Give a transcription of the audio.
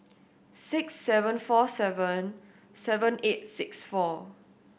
six seven four seven seven eight six four